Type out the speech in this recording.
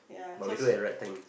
but we don't have right time